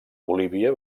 bolívia